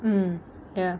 mm ya